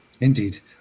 Indeed